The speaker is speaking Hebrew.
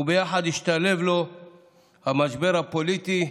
וביחד השתלב לו המשבר הפוליטי,